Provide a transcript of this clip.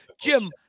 Jim